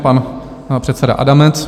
Pan předseda Adamec.